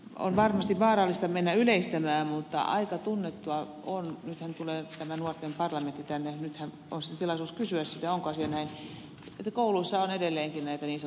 on varmasti vaarallista mennä yleistämään mutta aika tunnettua on nythän tulee nuorten parlamentti tänne nythän on tilaisuus kysyä sitä onko asia näin että kouluissa on edelleenkin näitä niin sanottuja kumiperunoita